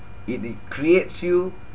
it it creates you